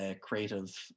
creative